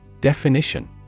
Definition